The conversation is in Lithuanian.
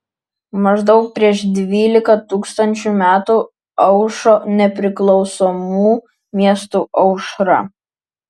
maždaug prieš dvylika tūkstančių metų aušo nepriklausomų miestų aušra